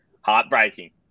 heartbreaking